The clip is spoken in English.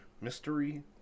Mystery